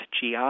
GI